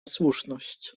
słuszność